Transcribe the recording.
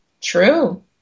True